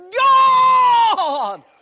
GOD